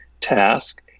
task